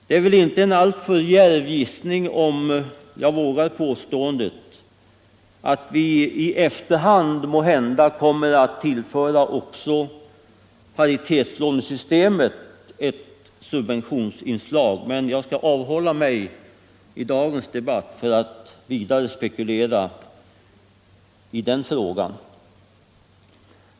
Det är väl inte en alltför djärv gissning om jag vågar anta att vi i efterhand måhända kommer att tillföra också paritetslånesystemet ett subventionsinslag, men jag skall avhålla mig från att i dagens debatt vidare spekulera i den frågan.